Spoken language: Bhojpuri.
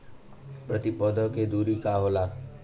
प्रति पौधे के दूरी का होला?